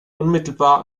unmittelbar